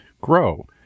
grow